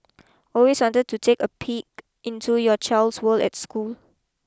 always wanted to take a peek into your child's world at school